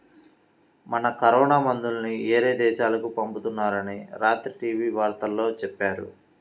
మన కరోనా మందుల్ని యేరే దేశాలకు పంపిత్తున్నారని రాత్రి టీవీ వార్తల్లో చెప్పారు